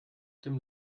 dem